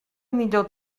millor